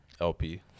LP